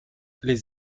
les